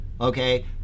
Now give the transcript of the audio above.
Okay